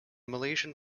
malaysian